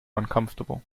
uncomfortable